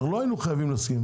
לא היינו חייבים להסכים.